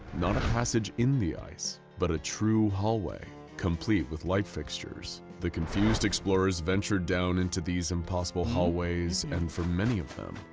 not a passage in the ice, but a true hallway complete with light fixtures. the confused explorers ventured down into these impossible hallways, and for many of them,